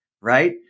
right